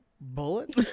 bullet